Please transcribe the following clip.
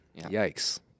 Yikes